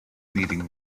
meeting